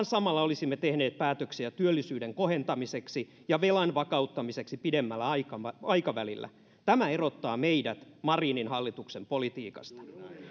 samalla olisimme tehneet päätöksiä työllisyyden kohentamiseksi ja velan vakauttamiseksi pidemmällä aikavälillä aikavälillä tämä erottaa meidät marinin hallituksen politiikasta